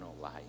life